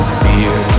fear